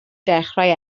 dechrau